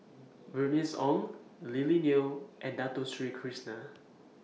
Bernice Ong Lily Neo and Dato Sri Krishna